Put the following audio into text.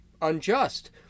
unjust